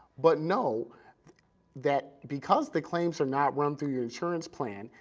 but know that because the claims are not run through your insurance plan,